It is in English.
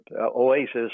Oasis